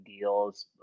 deals